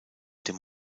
dem